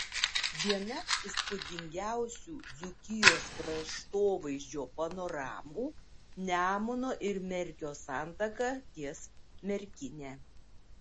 viena įspūdingiausių dzūkijos kraštovaizdžio panoramų nemuno ir merkio santaka ties merkine